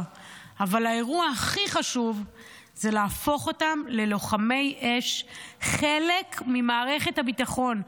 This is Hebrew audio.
אבל האירוע הכי חשוב הוא להפוך את אותם לוחמי אש לחלק ממערכת הביטחון,